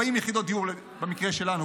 40 יחידות דיור במקרה שלנו,